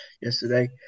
yesterday